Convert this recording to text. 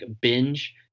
binge